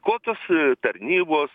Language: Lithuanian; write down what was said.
kokios tarnybos